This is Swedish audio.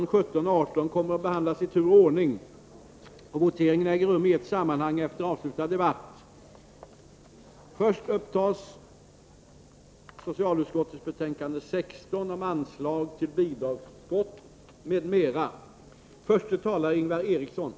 I fråga om detta betänkande hålls gemensam överläggning för samtliga punkter. Under den gemensamma överläggningen får yrkanden framställas beträffande samtliga punkter i betänkandet.